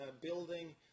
building